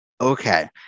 Okay